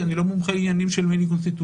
אני לא מומחה לעניינים של מיני קונסטיטוציה.